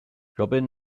robin